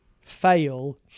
fail